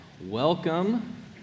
welcome